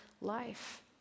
life